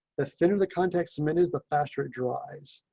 the thinner the context, submit is, the faster it dries,